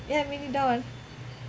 ya mini dona